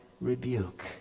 rebuke